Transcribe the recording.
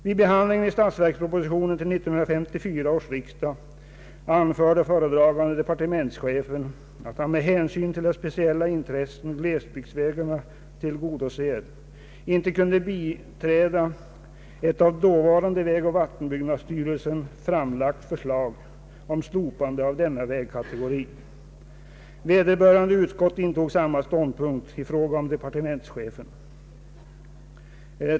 Vid behandlingen i statsverkspropositionen till 1954 års riksdag anförde föredragande departementschefen att han med hänsyn till de speciella intressen ödebygdsvägarna tillgodoser inte kunde biträda ett av dåvarande vägoch vattenbyggnadsstyrelsen framlagt förslag om slopande av denna vägkategori. Vederbörande utskott intog samma ståndpunkt i frågan som departementschefen.